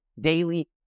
daily